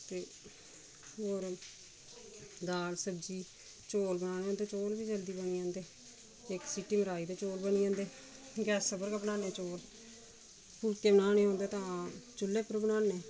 ते होर दाल सब्ज़ी चौल बनाने ते चौल बी जल्दी बनी जंदे इक सीटी पर मराई ते चौल बनी जंदे गैसै उप्पर गै बनानें चौल फुलके बनाने होन ते तां चुलले पर गै बनानें